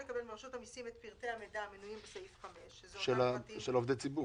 את פרטי המידע המנויים בסעיף 5. של עובדי ציבור.